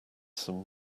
some